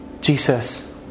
Jesus